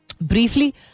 briefly